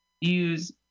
use